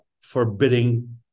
forbidding